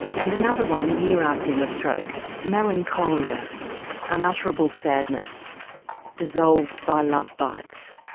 and another one a year after your stroke melancholia unutterable sadness dissolved by love bites.